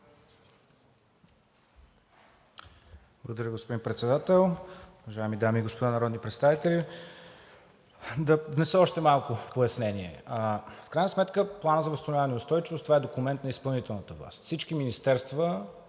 Благодаря, господин Председател. Уважаеми дами и господа народни представители! Да внеса още малко пояснение. В крайна сметка Планът за възстановяване и устойчивост е документ на изпълнителната власт – всички министерства